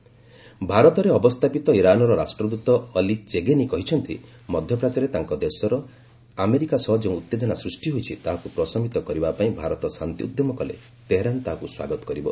Iran India peace ଭାରତରେ ଅବସ୍ଥାପିତ ଇରାନ୍ର ରାଷ୍ଟ୍ରଦ୍ୱତ ଅଲି ଚେଗେନି କହିଛନ୍ତି ମଧ୍ୟପ୍ରାଚ୍ୟରେ ତାଙ୍କ ଦେଶର ଆମେରିକା ସହ ଯେଉଁ ଉତ୍ତେଜନା ସୃଷ୍ଟି ହୋଇଛି ତାହାକୁ ପ୍ରଶମିତ କରିବାପାଇଁ ଭାରତ ଶାନ୍ତି ଉଦ୍ୟମ କଲେ ତେହେରାନ୍ ତାହାକୁ ସ୍ୱାଗତ କରିବ